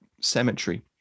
cemetery